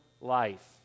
life